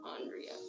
Andrea